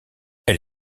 elle